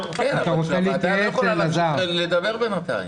להם היתר עבודה פרטי והם לא מקבלים את זה